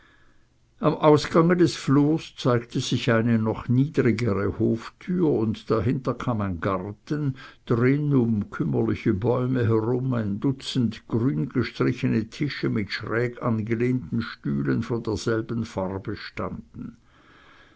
am ausgange des flurs zeigte sich eine noch niedrigere hoftür und dahinter kam ein garten drin um kümmerliche bäume herum ein dutzend grüngestrichene tische mit schrägangelehnten stühlen von derselben farbe standen